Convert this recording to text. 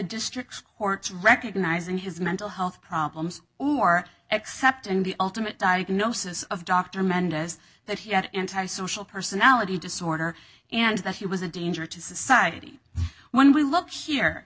district court recognizing his mental health problems or except in the ultimate diagnosis of dr mendez that he had anti social personality disorder and that he was a danger to society when we look here